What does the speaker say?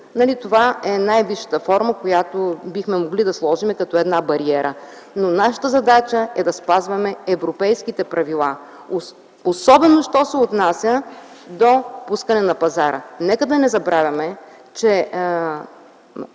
Това е най-висшата форма, която бихме могли да сложим како бариера. Нашата задача е да спазваме европейските правила, особено що се отнася до пускането на продукти на пазара.